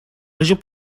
région